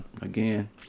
again